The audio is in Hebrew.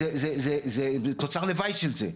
זה תוצר לוואי של זה,